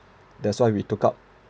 that's why we took up